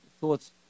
thoughts